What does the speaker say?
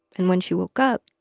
and when she woke up,